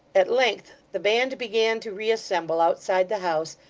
at length the band began to reassemble outside the house,